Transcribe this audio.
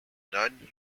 non